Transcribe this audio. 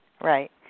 Right